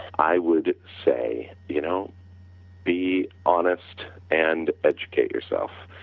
i would say you know be honest and educate yourself.